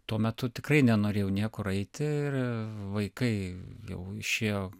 tuo metu tikrai nenorėjau niekur eiti ir vaikai jau išėjo